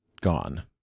gone